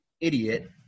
idiot